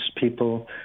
people